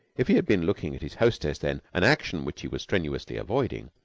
if he had been looking at his hostess then, an action which he was strenuously avoiding,